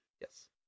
Yes